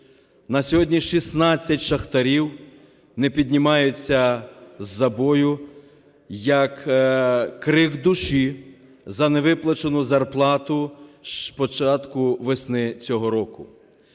на сьогодні 16 шахтарів не піднімаються із забою як крик душі за невиплачену зарплату з початку весни цього року.